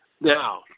Now